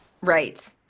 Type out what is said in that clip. right